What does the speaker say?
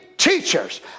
Teachers